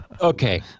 Okay